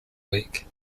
week